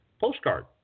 postcard